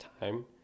time